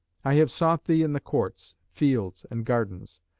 i have sought thee in the courts, fields, and gardens,